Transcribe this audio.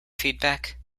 feedback